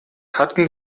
hatten